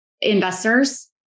investors